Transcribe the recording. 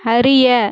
அறிய